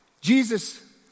Jesus